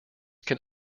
can